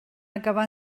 acabar